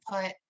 put